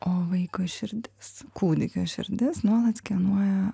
o vaiko širdis kūdikio širdis nuolat skenuoja